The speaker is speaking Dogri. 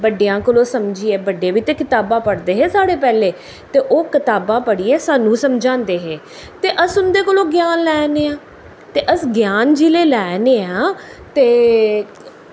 बड्डेआ कोला दा समझियै बड्डे बी ते कताबां पढ़दे हे साढ़े पैह्लें ते ओह् कताबां पढ़ियां सानूं समझांदे हे ते अस उं'दे कोला दा ग्यान लैन्ने आं ते अस ज्ञान जेल्लै लैन्ने आं ते